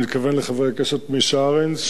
אני מתכוון לחבר הכנסת מישה ארנס,